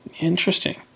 Interesting